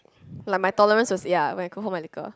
like my tolerance was ya when I could hold my liquor